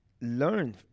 learn